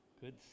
Good